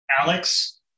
Alex